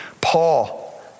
Paul